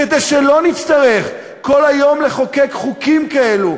כדי שלא נצטרך כל היום לחוקק חוקים כאלה,